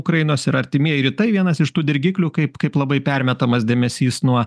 ukrainos ir artimieji rytai vienas iš tų dirgiklių kaip kaip labai permetamas dėmesys nuo